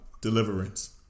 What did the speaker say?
deliverance